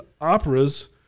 operas